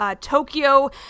Tokyo